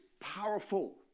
powerful